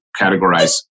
categorize